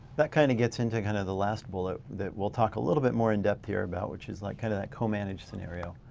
that kind of gets into kind of the last bullet that we'll talk a little bit more in depth here about which is like kind of that co-managed scenario.